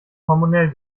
hormonell